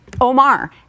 Omar